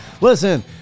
Listen